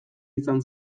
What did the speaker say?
izan